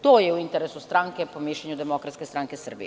To je u interesu stranke, po mišljenju Demokratske stranke Srbije.